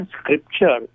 scripture